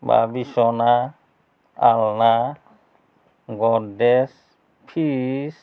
বা বিচনা আলনা গড্রেজ ফ্রিজ